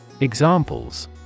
Examples